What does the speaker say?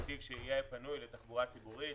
נתיב שיהיה בנוי לתחבורה ציבורית,